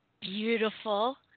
beautiful